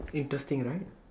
interesting right